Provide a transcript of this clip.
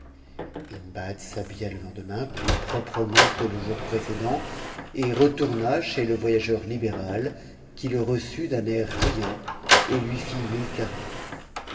hindbad s'habilla le lendemain plus proprement que le jour précédent etourna chez le voyageur libéra qui le reçut d'un air riant et lui fit ti te caresses